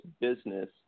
business